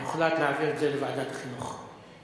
הוחלט להעביר את הנושא לוועדת החינוך.